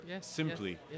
simply